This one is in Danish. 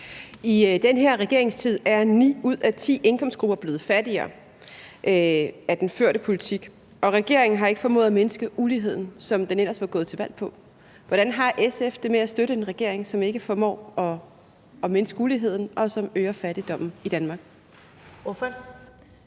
I den her regerings tid er ni ud af ti indkomstgrupper blevet fattigere af den førte politik, og regeringen har ikke formået at mindske uligheden, hvad den ellers var gået til valg på. Hvordan har SF det med at støtte en regering, som ikke formår at mindske uligheden, og som øger fattigdommen i Danmark? Kl.